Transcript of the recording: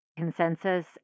Consensus